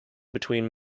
between